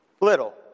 little